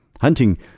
Hunting